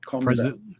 president